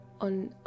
on